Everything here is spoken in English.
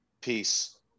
Peace